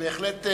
בהחלט,